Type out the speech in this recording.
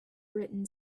written